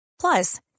Plus